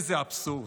איזה אבסורד.